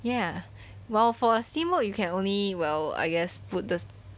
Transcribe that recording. ya well for a steamboat you can only well I guess put the